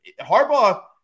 Harbaugh